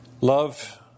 love